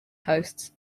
hosts